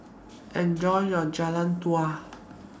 Enjoy your Jian Dui